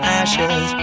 ashes